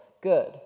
good